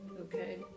okay